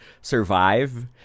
survive